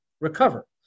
recover